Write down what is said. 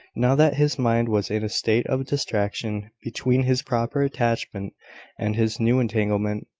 now that his mind was in a state of distraction between his proper attachment and his new entanglement.